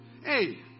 Hey